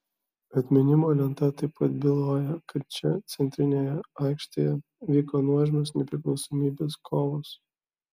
atminimo lenta taip pat byloja kad čia centrinėje aikštėje vyko nuožmios nepriklausomybės kovos